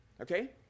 Okay